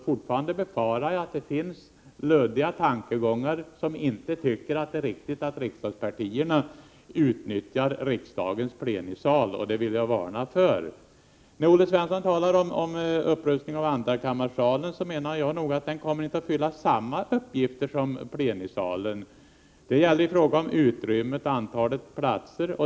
Fortfarande befarar jag att somliga har luddiga tankegångar och inte tycker det är riktigt att riksdagspartierna utnyttjar riksdagens plenisal. Detta vill jag varna för. Olle Svesson talar om upprustning av andrakammarsalen, men jag menar att den inte kommer att fylla samma uppgifter som plenisalen. Det gäller i fråga om utrymme och antalet platser.